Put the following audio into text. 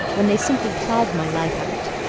when they simply plague my life out?